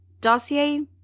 dossier